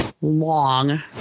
Long